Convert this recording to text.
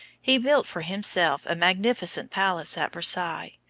he built for himself a magnificent palace at versailles,